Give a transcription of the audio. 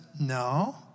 no